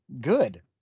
Good